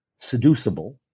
seducible